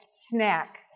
snack